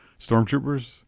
Stormtroopers